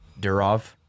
Durov